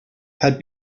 had